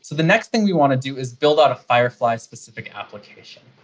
the next thing we want to do is build out a firefly specific application.